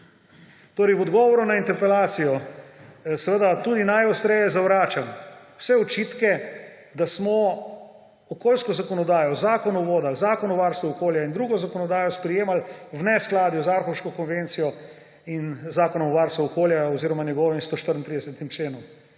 V odgovoru na interpelacijo seveda tudi najostreje zavračam vse očitke, da smo okoljsko zakonodajo, Zakon o vodah, Zakon o varstvu okolja in drugo zakonodajo sprejemali v neskadju z Aarhuško konvencijo in z Zakonom o varstvu okolja oziroma njegovim 34.a členom.